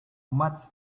much